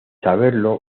saberlo